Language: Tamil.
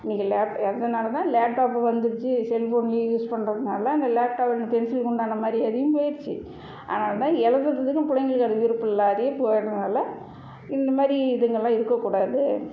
இன்னைக்கி அதனால் தான் லேப்டாப்பு வந்துச்சு செல்ஃபோன்லேயே யூஸ் பண்ணுறதுனால அந்த லேப்டாப்பு அந்த பென்சிலுக்கு உண்டான மரியாதையும் போய்டுச்சி அதனால் தான் எழுதறதுக்கும் பிள்ளைங்களுக்கு அது விருப்பம் இல்லாமயே போயிட்றதுனால இந்த மாதிரி இதுங்கெல்லாம் இருக்கக்கூடாது